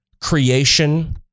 creation